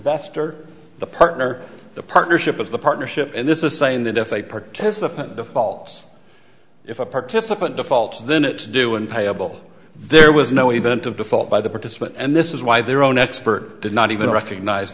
investor the partner the partnership of the partnership and this is saying that if a participant defaults if a participant defaults then it due and payable there was no event of default by the participant and this is why their own expert did not even recognize